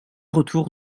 retour